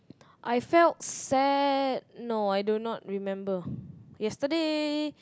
I felt sad no I do not remember yesterday